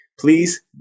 please